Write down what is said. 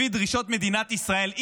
לפי דרישות מדינת ישראל.